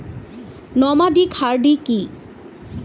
Nomadic হার্ডি কি?